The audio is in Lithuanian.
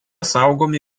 saugomi